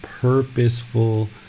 purposeful